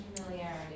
familiarity